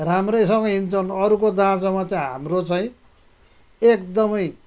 राम्रैसँग हिँड्छन् अरूको दाँजोमा चाहिँ हाम्रो चाहिँ एकदमै